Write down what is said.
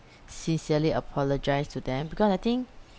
sincerely apologise to them because I think